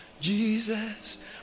Jesus